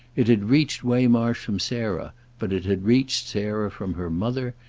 it had reached waymarsh from sarah, but it had reached sarah from her mother,